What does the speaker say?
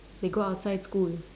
they go outside school